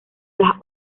las